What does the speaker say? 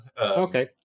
Okay